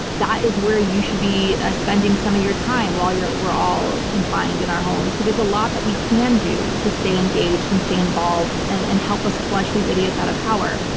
that is where you should be ah spending some of your time while we're all confined in our homes, because there's a lot that you can do to stay engaged and stay involved and and help us flush these idiots out of power,